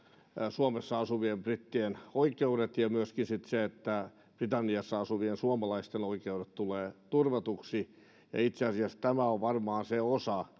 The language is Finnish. suomessa asuvien brittien oikeudet ja myöskin se että britanniassa asuvien suomalaisten oikeudet tulevat turvatuksi itse asiassa tämä on varmaan se osa